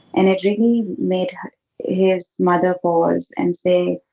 and gigi made his mother pause and say,